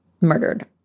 murdered